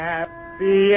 Happy